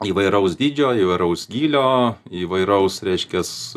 įvairaus dydžio įvairaus gylio įvairaus reiškias